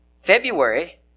February